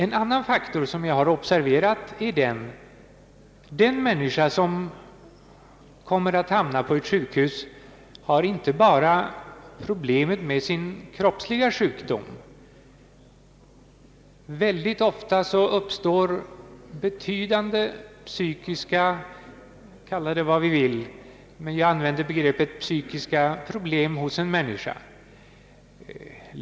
En annan faktor, som jag har observerat, är den: Den människa som hamnar på ett sjukhus har inte bara problemet med sin kroppsliga sjukdom, utan mycket ofta uppstår betydande psykiska — kalla det vad vi vill, men jag använder det begreppet — problem ros en människa.